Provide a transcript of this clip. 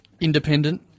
independent